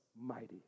mighty